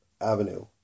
avenue